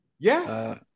Yes